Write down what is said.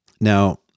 Now